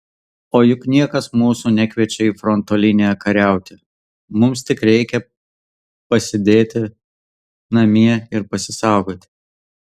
o juk niekas mūsų nekviečia į fronto liniją kariauti mums tik reikia pasėdėti namie ir pasisaugoti